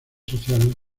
sociales